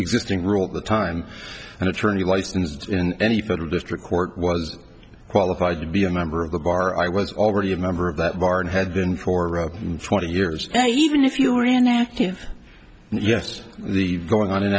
existing rule at the time and attorney licensed in any federal district court was qualified to be a member of the bar i was already a member of that bar and had been for twenty years and even if you were inactive and yes the going on in